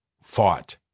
fought